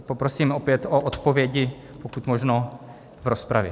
Poprosím opět o odpovědi, pokud možno v rozpravě.